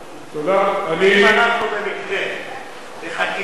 אם אנחנו במקרה, בחקיקה,